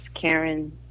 Karen